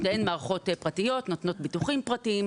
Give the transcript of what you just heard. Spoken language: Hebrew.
שתיהן מערכות פרטיות נותנות ביטוחים פרטיים.